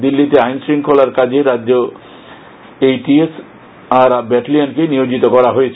দিল্লিতে আইন শৃঙ্খলায় কাজে রাজ্যে এই টি এস আর ব্যাটেলিয়নকে নিয়োজিত করা হয়েছে